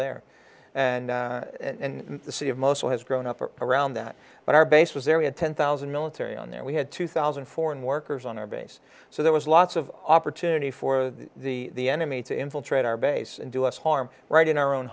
there and in the city of mosul has grown up around that but our base was there we had ten thousand military on and we had two thousand foreign workers on our base so there was lots of opportunity for the enemy to infiltrate our base and do us harm right in our own